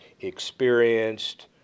experienced